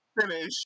finish